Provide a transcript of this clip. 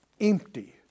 empty